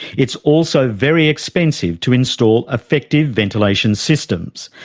it's also very expensive to install effective ventilation systems,